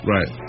Right